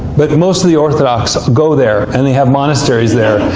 but most of the orthodox go there. and they have monasteries there.